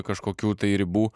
kažkokių tai ribų